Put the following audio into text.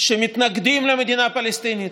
שמתנגדים למדינה הפלסטינית,